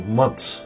months